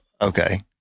okay